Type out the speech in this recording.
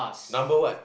number what